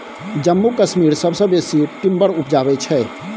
जम्मू कश्मीर सबसँ बेसी टिंबर उपजाबै छै